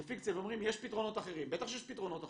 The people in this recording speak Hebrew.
זה פיקציה ואומרים, יש פתרונות אחרים.